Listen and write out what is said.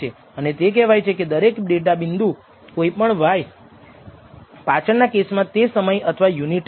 અને તે કહેવાય છે કે દરેક ડેટા બિંદુ કોઈપણ y પાછળના કેસમાં તે સમય અથવા યુનિટ છે